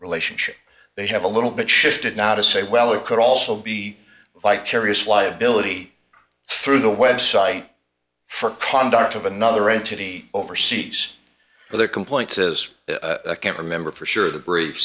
relationship they have a little bit shifted now to say well it could also be a vicarious liability through the website for conduct of another entity overseas for their complaint is can't remember for sure the